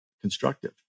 constructive